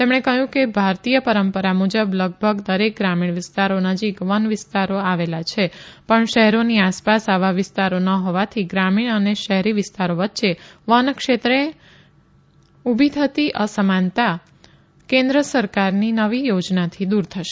તેમણે કહ્યું કે ભારતીય પરંપરા મુજબ લગભગ દરેક ગ્રામીણ વિસ્તારો નજીક વન વિસ્તારો આવેલા છે પણ શહેરોની આસપાસ આવા વિસ્તારો ન હોવાથી ગ્રામીણ અને શહેરી વિસ્તારો વચ્ચે વન ક્ષેત્રે ઉભી થતી અસમાનતા કેન્દ્ર સરકારની નવી યોજનાથી દૂર થશે